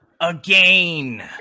again